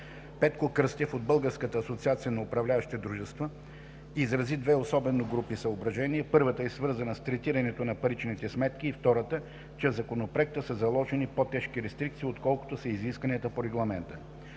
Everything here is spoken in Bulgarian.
Петко Кръстев от Българска асоциация на управляващите дружества изрази две основни групи съображения – първата е свързана с третирането на паричните сметки и втората, че в Законопроекта са заложени по-тежки рестрикции, отколкото са изискванията на регламента.